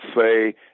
say